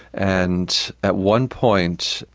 and at one point,